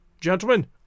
Gentlemen